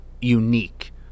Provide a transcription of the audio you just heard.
unique